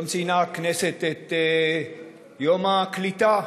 היום ציינה הכנסת את יום הקליטה,